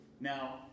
Now